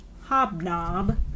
Hobnob